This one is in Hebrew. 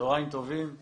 צהרים טובים.